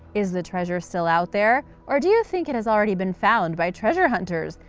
is the treasure still out there? or do you think it has already been found by treasure hunters?